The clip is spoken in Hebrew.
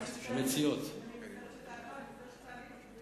אני מצטערת שאתה ענית,